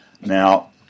Now